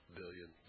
billion